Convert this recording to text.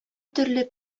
төрле